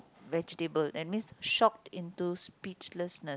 vegetable that means shocked into speechlessness